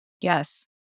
Yes